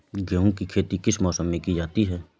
गेहूँ की खेती किस मौसम में की जाती है?